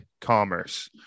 Commerce